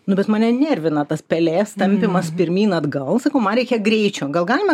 nu bet mane nervina tas pelės tampymas pirmyn atgal sakau man reikia greičio gal galima